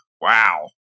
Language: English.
Wow